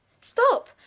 stop